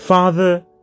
Father